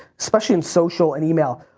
specially in social and email,